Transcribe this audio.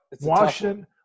Washington